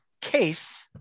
case